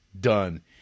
done